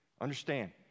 Understand